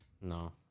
No